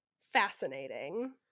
fascinating